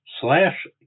slash